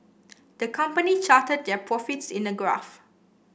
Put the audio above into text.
the company charted their profits in a graph